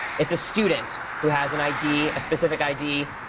it's a student, who has an id, a specific id,